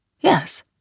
Yes